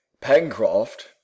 Pencroft